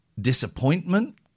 Disappointment